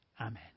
Amen